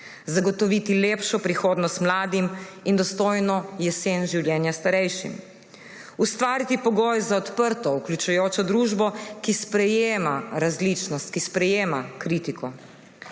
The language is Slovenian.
zagotoviti lepšo prihodnost mladim in dostojno jesen življenja starejšim; ustvariti pogoje za odprto, vključujočo družbo, ki sprejema različnost, ki sprejema kritiko;